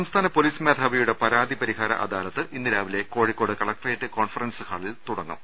സംസ്ഥാന പോലീസ്ക്മേധാവിയുടെ പരാതി പരിഹാര അദാലത്ത് ഇന്ന് രാവിലെ കോഴിക്കോട് കലക്ടറേറ്റ് കോൺഫറൻസ് ഹാളിൽ തുടങ്ങും